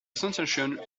sensation